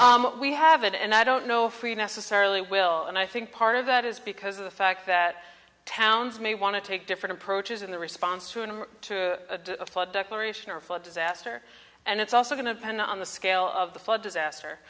that we have it and i don't know if we necessarily will and i think part of that is because of the fact that towns may want to take different approaches in the response to him to a flood declaration or flood disaster and it's also going to pan on the scale of the flood disaster